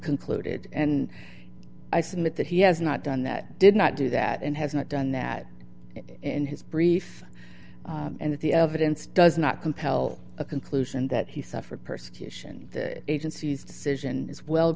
concluded and i submit that he has not done that did not do that and has not done that in his brief and that the evidence does not compel a conclusion that he suffered persecution agency's decision is well